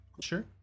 Sure